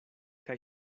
kaj